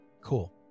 cool